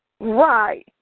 Right